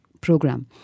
program